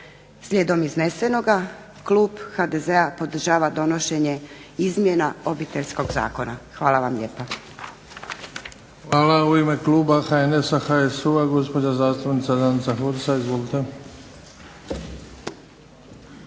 Slijedom iznesenoga klub HDZ-a podržava donošenje izmjena Obiteljskog zakona. Hvala vam lijepa. **Bebić, Luka (HDZ)** Hvala. U ime kluba HNS-HSU-a gospođa zastupnica Danica Hursa. Izvolite.